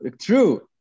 true